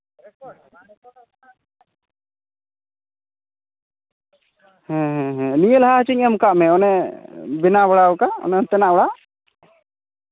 ᱦᱮᱸ ᱦᱮᱸ ᱱᱤᱭᱟᱹ ᱞᱟᱦᱟ ᱜᱮᱪᱩᱧ ᱮᱢ ᱠᱟᱜ ᱢᱮ ᱚᱱᱮ ᱵᱮᱱᱟᱣ ᱵᱟᱲᱟᱣ ᱠᱟᱜ ᱚᱱᱛᱮᱱᱟᱜ ᱚᱲᱟᱜ